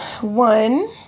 One